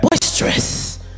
boisterous